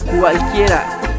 cualquiera